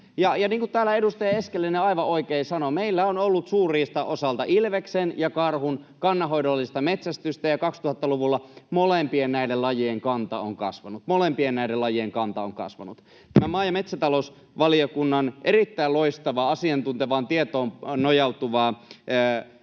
täällä edustaja Eskelinen aivan oikein sanoi, meillä on ollut suurriistan osalta ilveksen ja karhun kannanhoidollista metsästystä ja 2000-luvulla molempien näiden lajien kanta on kasvanut — molempien näiden lajien kanta on kasvanut. Tämä maa- ja metsätalousvaliokunnan erittäin loistava asiantuntijatietoon nojautuva